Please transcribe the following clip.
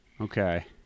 Okay